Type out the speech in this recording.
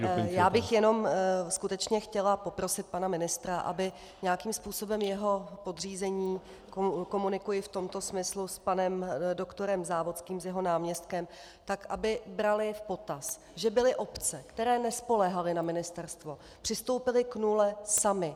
Já bych jenom skutečně chtěla poprosit pana ministra, aby nějakým způsobem jeho podřízení, komunikuji v tomto smyslu s panem dr. Závodským, s jeho náměstkem, tak aby brali v potaz, že byly obce, které nespoléhaly na ministerstvo, přistoupily k nule samy.